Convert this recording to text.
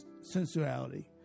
sensuality